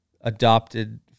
adopted